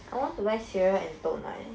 I want to buy cereal and 豆奶